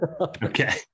Okay